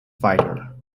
fighter